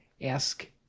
ask